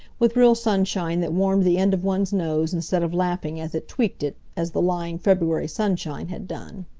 with real sunshine that warmed the end of one's nose instead of laughing as it tweaked it, as the lying february sunshine had done.